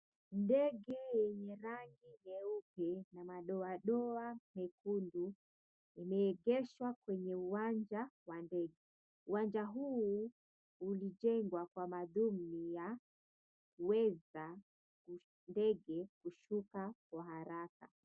Ndege yenye rangi nyeupe na madoadoa mekundu imeegeshwa kwenye uwanja wa ndege. Uwanja huu ulijengwa kwa madhumuni ya kuweza ndege kushuka kwa haraka.